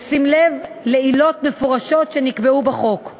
בשים לב לעילות מפורשות שנקבעו בחוק;